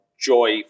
joy